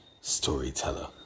storyteller